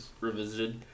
Revisited